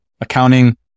accounting